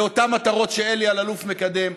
לאותן מטרות שאלי אלאלוף מקדם.